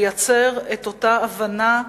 לייצר את אותה הבנה,